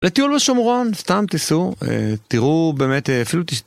לטיול בשומרון, סתם תסעו, תראו באמת, אפילו